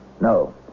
No